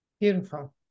Beautiful